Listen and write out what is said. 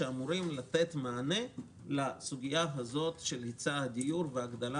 שאמורות לתת מענה לסוגיית היצע הדיור והגדלה